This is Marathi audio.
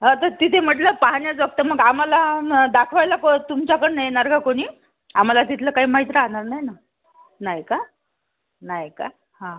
हो तर तिथे म्हटलं पाहण्याजोगं मग आम्हाला को दाखवायला तुमच्याकडून येणार का कोणी आम्हाला तिथलं काही माहीत राहणार नाही ना नाही का नाही का हां